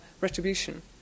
retribution